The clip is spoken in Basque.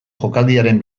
jokaldiaren